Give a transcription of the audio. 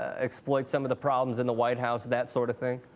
ah exploit some of the problems in the white house that sort of thing